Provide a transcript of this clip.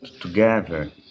together